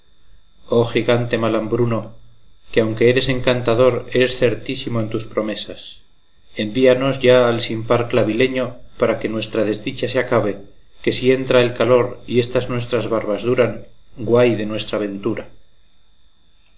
gigante malambruno que aunque eres encantador eres certísimo en tus promesas envíanos ya al sin par clavileño para que nuestra desdicha se acabe que si entra el calor y estas nuestras barbas duran guay de nuestra ventura